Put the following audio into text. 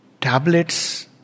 tablets